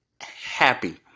happy